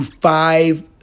five